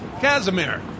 Kazimir